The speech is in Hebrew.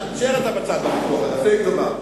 תישאר אתה בצד בוויכוח הזה, עשה לי טובה.